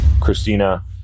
Christina